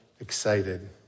Excited